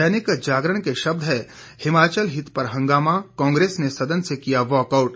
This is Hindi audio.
दैनिक जागरण के शब्द हैं हिमाचल हित पर हंगामा कांग्रेस ने सदन से किया वाकआउट